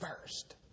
first